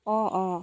অঁ অঁ